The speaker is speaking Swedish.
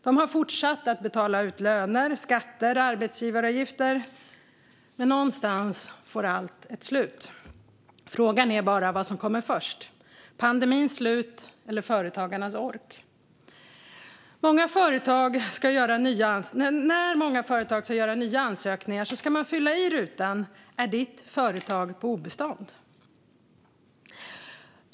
De har fortsatt betala ut löner, skatter och arbetsgivaravgifter. Men någonstans får allt ett slut. Frågan är bara vad som tar slut först - pandemin eller företagarnas ork. När företag ska göra nya ansökningar ska de besvara frågan om företaget är på obestånd.